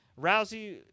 Rousey